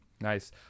Nice